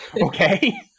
Okay